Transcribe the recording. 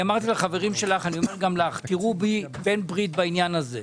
אמרתי לחברים שלך ואני אומר גם לך: תראו בי בן-ברית בעניין הזה.